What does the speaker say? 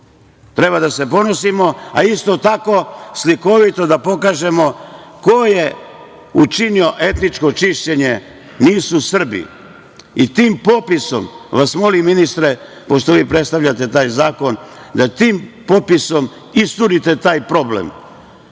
Treba da se ponosimo, a isto tako slikovito da pokažemo ko je učinio etničko čišćenje. Nisu Srbi. Tim popisom vas molim, ministre, pošto vi predstavljate taj zakon, da tim popisom isturite taj problem